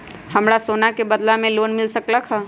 हमरा सोना के बदला में लोन मिल सकलक ह?